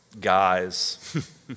guys